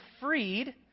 freed